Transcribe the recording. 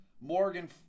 Morgan